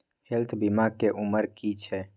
Health बीमा के उमर की छै?